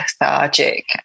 lethargic